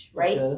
right